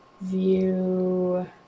view